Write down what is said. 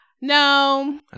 no